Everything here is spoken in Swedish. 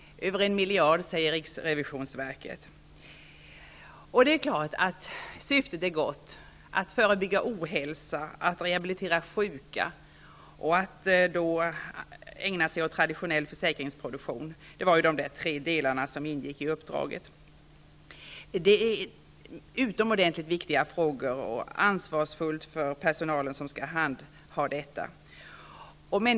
Riksrevisionsverket säger att det har kostat över 1 miljard kronor. Syftet med detta var naturligtvis gott -- att förebygga ohälsa, att rehabilitera sjuka och att ägna sig åt traditionella sjukförsäkringsärenden. Det var de tre delarna som ingick i uppdraget. Det är utomordentligt viktiga frågor, och personalen som skall handha dem har ett ansvarsfullt arbete.